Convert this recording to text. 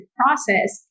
process